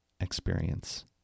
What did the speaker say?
experience